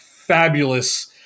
fabulous